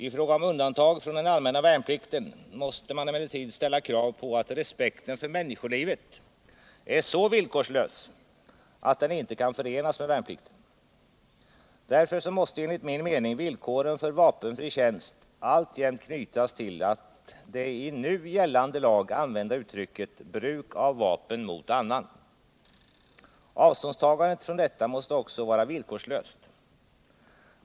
I fråga om undantag från den allmänna värnplikten måste man emellertid ställa krav på att respekten för människolivet är så villkorslös att den inte kan förenas med värnplikten. Därför måste enligt min mening villkoren för vapenfri tjänst alltjämt knytas till det i nu gällande lag använda uttrycket ”bruk av vapen mot annan”. Avståndstagandet från detta måste också vara villkorslöst.